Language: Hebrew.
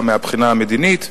גם מהבחינה המדינית.